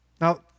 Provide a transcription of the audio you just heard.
Now